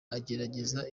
agerageza